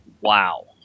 wow